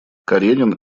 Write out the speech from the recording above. каренин